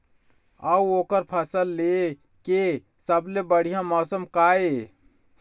अऊ ओकर फसल लेय के सबसे बढ़िया मौसम का ये?